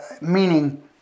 meaning